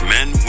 Men